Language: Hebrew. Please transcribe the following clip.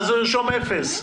אז הוא ירשום אפס.